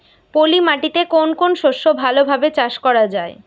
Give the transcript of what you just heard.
পলি মাটিতে কোন কোন শস্য ভালোভাবে চাষ করা য়ায়?